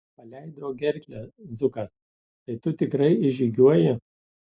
paleido gerklę zukas tai tu tikrai išžygiuoji